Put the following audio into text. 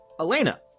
Elena